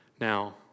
Now